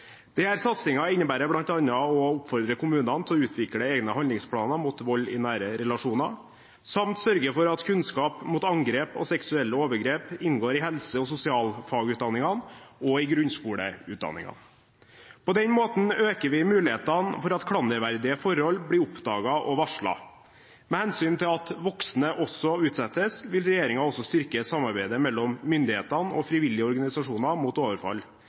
den måten øker vi mulighetene for at klanderverdige forhold blir oppdaget og varslet. Med hensyn til at voksne også utsettes, vil regjeringen også styrke samarbeidet mellom myndighetene og frivillige organisasjoner mot overfall.